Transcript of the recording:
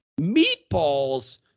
meatballs